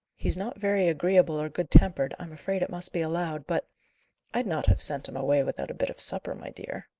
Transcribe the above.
he's not very agreeable or good-tempered, i'm afraid it must be allowed but i'd not have sent him away without a bit of supper, my dear.